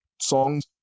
songs